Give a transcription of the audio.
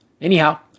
Anyhow